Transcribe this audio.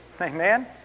Amen